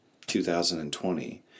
2020